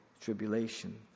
Tribulation